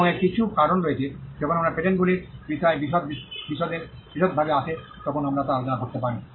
এবং এর কিছু কারণ রয়েছে যখন আমরা পেটেন্টগুলির বিষয়ে বিশদে বিশদভাবে আসে তখন আমরা তা আলোচনা করতে পারি